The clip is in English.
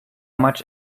much